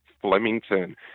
Flemington